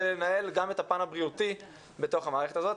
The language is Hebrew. לנהל גם את הפן הבריאותי בתוך המערכת הזאת.